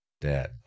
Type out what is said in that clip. Dead